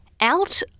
out